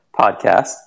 podcast